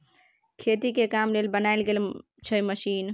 खेती के काम लेल बनाएल गेल छै मशीन